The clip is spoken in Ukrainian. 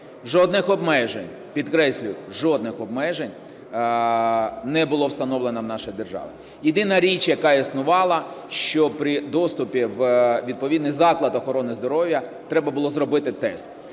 жодних обмежень, підкреслюю, жодних обмежень не було встановлено в нашій державі. Єдина річ, яка існувала, що при доступі у відповідний заклад охорони здоров'я треба було зробити тест.